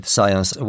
Science